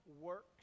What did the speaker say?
works